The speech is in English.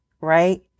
right